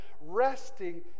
resting